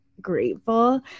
grateful